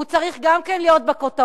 הוא צריך גם כן להיות בכותרות.